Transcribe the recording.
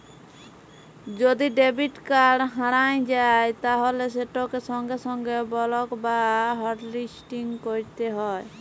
যদি debit card হারাঁয় যায় তাইলে সেটকে সঙ্গে সঙ্গে বলক বা হটলিসটিং ক্যইরতে হ্যয়